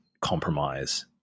compromise